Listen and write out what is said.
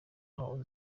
aho